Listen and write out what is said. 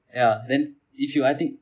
ya then if you I think